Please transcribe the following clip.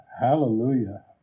Hallelujah